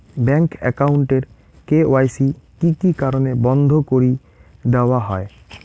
Bank account এর KYC কি কি কারণে বন্ধ করি দেওয়া হয়?